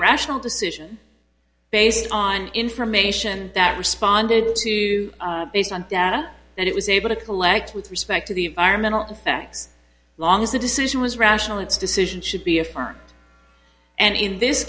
rational decision based on information that responded to based on data that it was able to collect with respect to the environmental effects long as the decision was rational its decision should be a far and in this